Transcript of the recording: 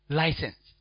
license